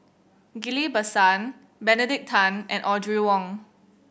Ghillie Basan Benedict Tan and Audrey Wong